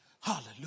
Hallelujah